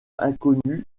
inconnue